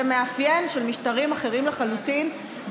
זה מאפיין של משטרים אחרים לחלוטין,